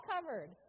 covered